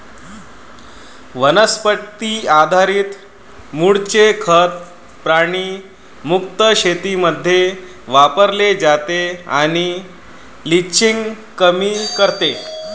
वनस्पती आधारित मूळचे खत प्राणी मुक्त शेतीमध्ये वापरले जाते आणि लिचिंग कमी करते